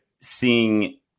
seeing